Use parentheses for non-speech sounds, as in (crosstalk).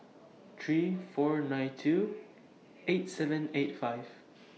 three four nine two eight seven eight five (noise)